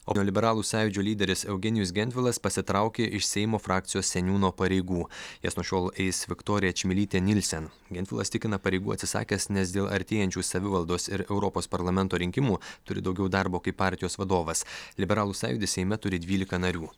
o liberalų sąjūdžio lyderis eugenijus gentvilas pasitraukė iš seimo frakcijos seniūno pareigų jas nuo šiol eis viktorija čmilytė nilsen gentvilas tikina pareigų atsisakęs nes dėl artėjančių savivaldos ir europos parlamento rinkimų turi daugiau darbo kaip partijos vadovas liberalų sąjūdis seime turi dvylika narių